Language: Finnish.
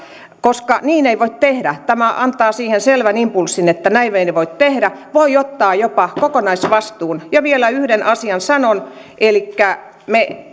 koska niin ei voi tehdä tämä antaa siihen selvän impulssin että näin ei voi tehdä voi ottaa jopa kokonaisvastuun ja vielä yhden asian sanon elikkä sen